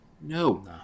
No